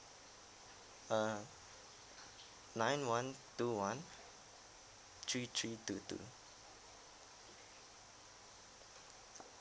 err nine one two one three three two two